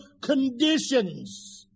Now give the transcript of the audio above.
conditions